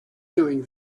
doing